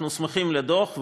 אנחנו שמחים על הדוח,